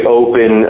open